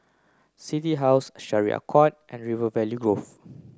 City House Syariah A Court and River Valley Grove